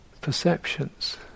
perceptions